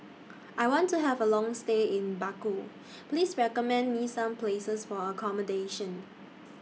I want to Have A Long stay in Baku Please recommend Me Some Places For accommodation